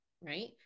right